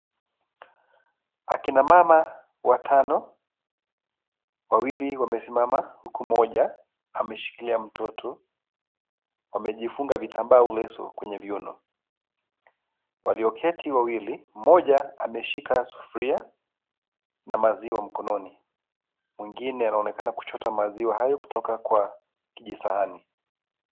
Akina mama watano, wawili wamesimama huku mmoja ameshikilia mtoto wamejifunga vitambaa au leso kwenye viuno. Walioketi wawili mmoja ameshika sufuria na maziwa mkononi mwingine anaonekana kuchota maziwa hayo kutoka kwa kijisahani.